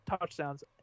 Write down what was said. touchdowns